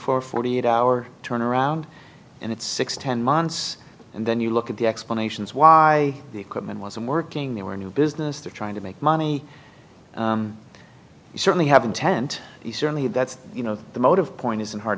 four forty eight hour turnaround and it's six ten months and then you look at the explanations why the equipment wasn't working they were new business they're trying to make money certainly have intent certainly that's you know the motive point isn't hard